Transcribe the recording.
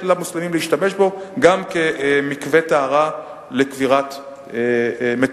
למוסלמים להשתמש בו גם כמקווה טהרה לקבירת מתיהם.